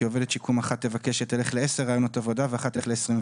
כי עובדת שיקום אחת תבקש שתלך לעשרה ריאיונות עבודה ואחת תלך ל-24,